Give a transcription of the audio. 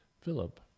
Philip